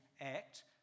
Act